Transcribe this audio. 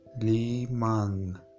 Liman